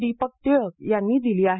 दीपक टिळक यांनी दिली आहे